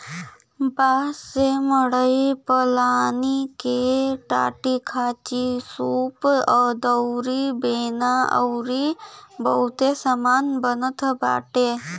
बांस से मड़ई पलानी के टाटीखांचीसूप दउरी बेना अउरी बहुते सामान बनत बाटे